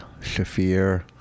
Shafir